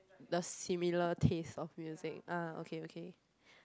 the similar taste of music ah okay okay